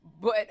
but-